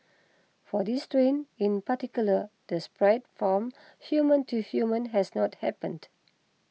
for this strain in particular the spread from human to human has not happened